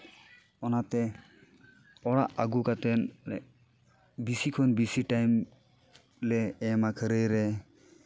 ᱚᱱᱟᱛᱮ ᱚᱲᱟᱜ ᱟᱹᱜᱩ ᱠᱟᱛᱮᱱ ᱵᱮᱥᱤ ᱠᱷᱚᱱ ᱵᱮᱥᱤ ᱴᱟᱹᱭᱤᱢ ᱞᱮ ᱮᱢᱟ ᱠᱷᱟᱹᱨᱟᱹᱭ ᱨᱮ